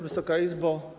Wysoka Izbo!